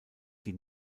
die